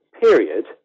period